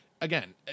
again